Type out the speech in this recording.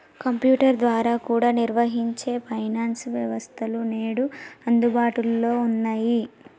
computer ద్వారా కూడా నిర్వహించే ఫైనాన్స్ వ్యవస్థలు నేడు అందుబాటులో ఉన్నయ్యి